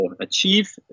achieve